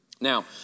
Now